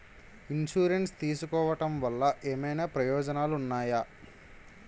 Insurance తీసుకోవటం వల్ల ఏమైనా ప్రయోజనాలు ఉన్నాయా?